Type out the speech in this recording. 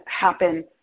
happen